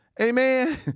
amen